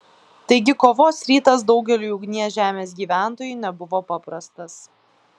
taigi kovos rytas daugeliui ugnies žemės gyventojų nebuvo paprastas